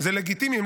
זה לגיטימי,